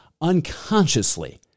unconsciously